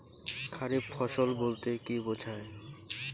খারিফ ফসল বলতে কী বোঝায়?